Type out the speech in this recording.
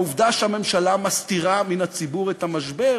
העובדה שהממשלה מסתירה מן הציבור את המשבר